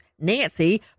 nancy